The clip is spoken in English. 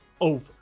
over